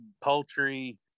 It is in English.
poultry